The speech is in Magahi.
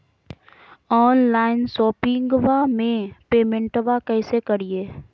ऑनलाइन शोपिंगबा में पेमेंटबा कैसे करिए?